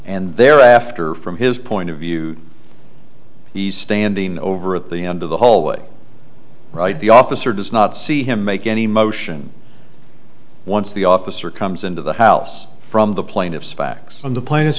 and thereafter from his point of view he's standing over at the end of the hallway right the officer does not see him make any motion once the officer comes into the house from the plaintiffs facts on the plane